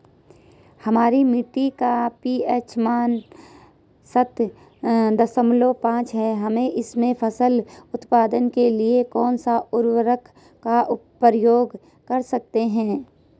हमारी मिट्टी का पी.एच मान सात दशमलव पांच है हम इसमें फसल उत्पादन के लिए कौन से उर्वरक का प्रयोग कर सकते हैं?